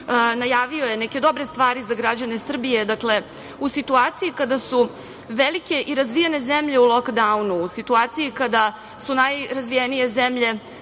Najavio je neke dobre stvari za građane Srbije. Dakle, u situaciji kada su velike i razvijene zemlje u lok-daunu, u situaciji kada su najrazvijenije zemlje